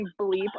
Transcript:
bleep